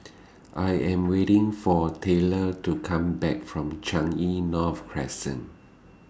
I Am waiting For Taylor to Come Back from Changi North Crescent